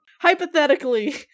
Hypothetically